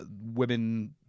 women